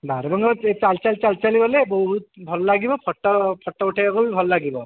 ବାରବାଙ୍କ ଚାଲି ଚାଲି ଚାଲି ଚାଲି ଗଲେ ବହୁତ ଭଲ ଲାଗିବ ଫୋଟୋ ଫୋଟୋ ଉଠେଇବାକୁ ବି ଭଲ ଲାଗିବ